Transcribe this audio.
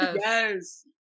Yes